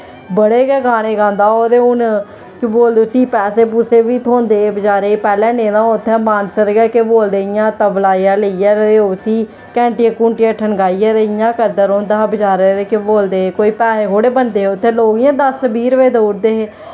बड़े गै गाने गांदा ओह् ते हून केह् बोलदे उसी पैसे पूसे बी थ्होंदे बेचारे गी पैह्लैं नेईं तां ओह् उत्थें मानसर गै केह् बोलदे इ'यां तबला जेहा लेइयै ते उसी घैंटियां घूंटियां ठनकाइयै ते इ'यां गै करदा रौंह्दा हा बेचारा ते केह् बोलदे कोई पैहे थोह्ड़े बनदे उत्थें लोग इयां दस बीह् रपेऽ देई ओड़दे हे